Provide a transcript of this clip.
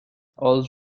all